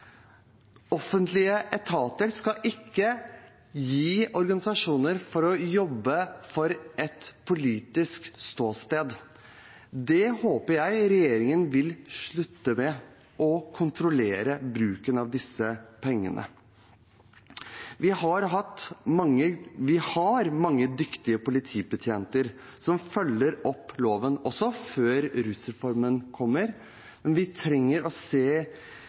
Offentlige etater skal ikke gi til organisasjoner for å jobbe for et politisk ståsted. Det håper jeg regjeringen vil slutte med, og kontrollere bruken av disse pengene. Vi har mange dyktige politibetjenter som følger opp loven, også før rusreformen kommer, men vi trenger å se